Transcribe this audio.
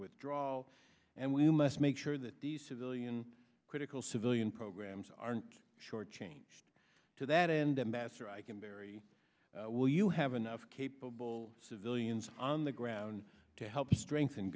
withdrawal and we must make sure that the civilian critical civilian programs aren't short changed to that end ambassador i can very will you have enough capable civilians on the ground to help strengthen